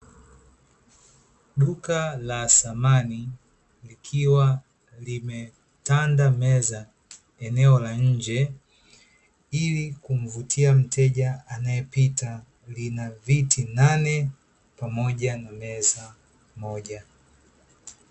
Duka la samani, likiwa limetanda meza eneo la nje, ili kumvutia mteja anayepita. Lina viti nane pamoja na meza moja.